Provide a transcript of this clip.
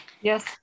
Yes